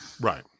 right